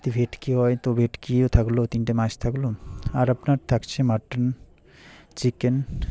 যদি ভেটকি হয় তো ভেটকিও থাকলো তিনটে মাছ থাকলো আর আপনার থাকছে মাটন চিকেন